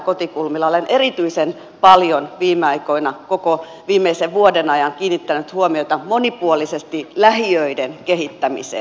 olen erityisen paljon viime aikoina koko viimeisen vuoden ajan kiinnittänyt huomiota lähiöiden monipuoliseen kehittämiseen